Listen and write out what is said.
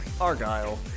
Argyle